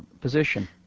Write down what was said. position